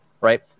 right